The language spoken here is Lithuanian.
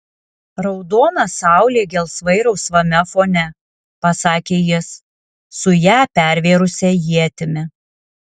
raudona saulė gelsvai rausvame fone pasakė jis su ją pervėrusia ietimi